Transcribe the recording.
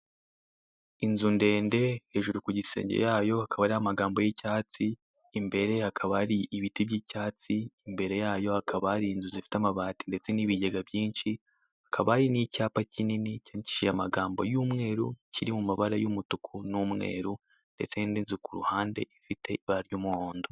Inzu ndende, hejuru ku gisenge yayo hakaba hariho amagambo y'icyatsi, imbere hakaba hari ibiti by'icyatsi, imbere yayo hakaba hari inzu zifite amabati ndetse n'ibigega byinshi, hakaba hari n'icyapa kinini cyandikishije amagambo y'umweru kiri mu mabara y'umutuku n'umweru ndetse n'indi nzu ku ruhande ifite ibara ry'umuhondo.